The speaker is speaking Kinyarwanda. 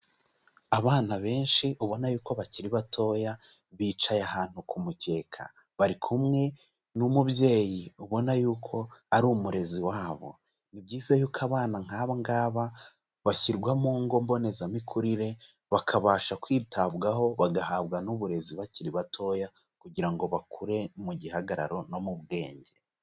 Abana benshi ubona yuko bakiri batoya bicaye ahantu ku mukeka. Bari kumwe n'umubyeyi ubona yuko ari umurezi wabo. Ni byiza yuko abana nk'abangaba bashyirwa mu ngo mbonezamikurire bakabasha kwitabwaho, bagahabwa n'uburezi bakiri batoya kugira ngo bakure mu gihagararo no mu bwenge.